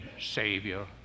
Savior